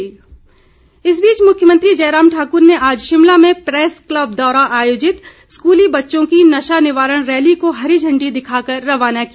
जयराम इस बीच मुख्यमंत्री जयराम ठाकुर ने आज शिमला में प्रैस क्लब द्वारा आयोजित स्कूली बच्चों की नशा निवारण रैली को हरी झंडी दिखाकर रवाना किया